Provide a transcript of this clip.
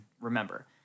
remember